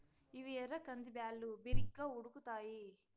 ఇవి ఎర్ర కంది బ్యాళ్ళు, బిరిగ్గా ఉడుకుతాయి